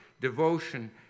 devotion